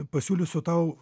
pasiūlysiu tau